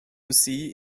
see